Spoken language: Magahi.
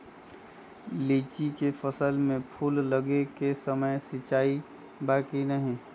लीची के फसल में फूल लगे के समय सिंचाई बा कि नही?